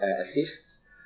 assists